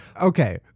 Okay